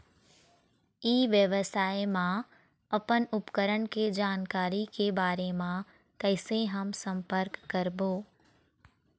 ई व्यवसाय मा अपन उपकरण के जानकारी के बारे मा कैसे हम संपर्क करवो?